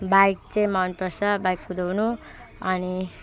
bike चाहिँ मनपर्छ bike कुदाउनु अनि